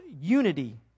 unity